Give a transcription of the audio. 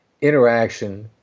interaction